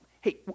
Hey